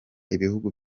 ibihugu